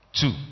two